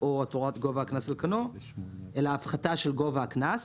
או הותרת גובה הקנס על כנו אלא הפחתה של גובה הקנס.